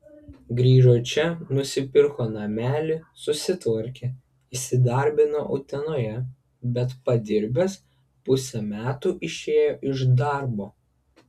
grįžo čia nusipirko namelį susitvarkė įsidarbino utenoje bet padirbęs pusę metų išėjo iš darbo